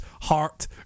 Heart